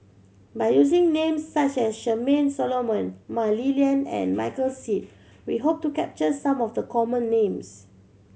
by using names such as Charmaine Solomon Mah Li Lian and Michael Seet we hope to capture some of the common names